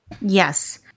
Yes